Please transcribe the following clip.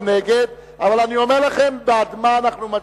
נגד אבל אני אומר לכם בעד מה אנחנו מצביעים.